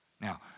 Now